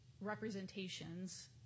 representations